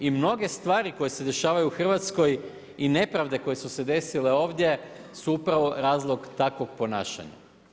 I mnoge stvari koje se dešavaju u Hrvatskoj i nepravde koje su se desile ovdje su upravo razlog takvog ponašanja.